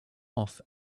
off